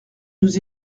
nous